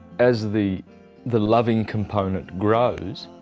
as the the loving component grows,